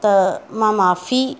त मां माफ़ी